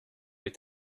est